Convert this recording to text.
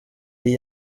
iyi